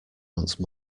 once